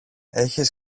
έχεις